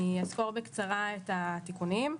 אני אסקור בקצרה את התיקונים.